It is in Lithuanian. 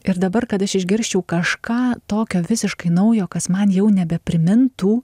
ir dabar kad aš išgirsčiau kažką tokio visiškai naujo kas man jau nebeprimintų